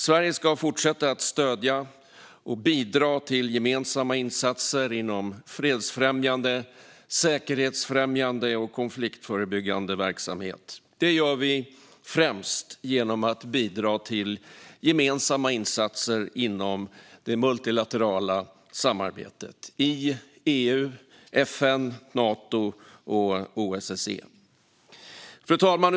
Sverige ska fortsätta att stödja och bidra till gemensamma insatser inom fredsfrämjande, säkerhetsfrämjande och konfliktförebyggande verksamhet. Det gör vi främst genom att bidra till gemensamma insatser inom det multilaterala samarbetet i EU, FN, Nato och OSSE. Fru talman!